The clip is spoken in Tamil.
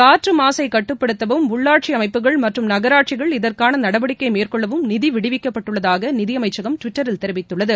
காற்று மாசைக் கட்டுப்படுத்தவும் உள்ளாட்சி அமைப்புகள் மற்றும் நகராட்சிகள் இதற்கான நடவடிக்கை மேற்கொள்ளவும் நிதி விடுவிக்கப்பட்டுள்ளதாக நிதியமைச்சகம் ட்விட்டரில் தெரிவித்துள்ளது